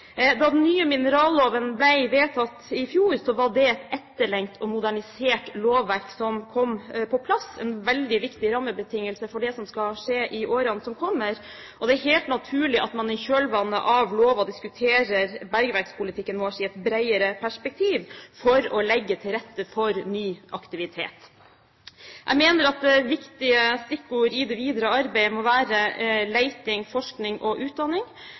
Da den nye mineralloven ble vedtatt i fjor, var det et etterlengtet og modernisert lovverk som kom på plass, og en veldig viktig rammebetingelse for det som skal skje i årene som kommer. Det er helt naturlig at man i kjølvannet av loven diskuterer bergverkspolitikken vår i et bredere perspektiv, for å legge til rette for ny aktivitet. Jeg mener at viktige stikkord i det videre arbeidet må være «leting, forskning og utdanning».